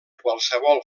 qualsevol